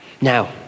Now